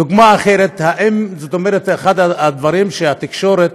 דוגמה אחרת, אחד הדברים ש, התקשורת